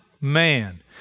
man